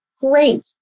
Great